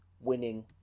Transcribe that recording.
winning